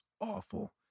awful